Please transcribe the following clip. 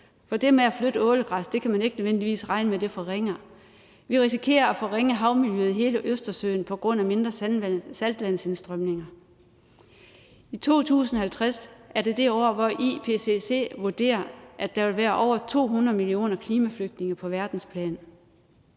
for det med at flytte ålegræs kan man ikke nødvendigvis regne med. Vi risikerer at forringe havmiljøet i hele Østersøen på grund af mindre saltvandsindstrømninger. 2050 er det år, hvor IPCC vurderer, at der vil være over 200 millioner klimaflygtninge på verdensplan.